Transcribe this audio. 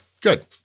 Good